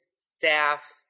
staff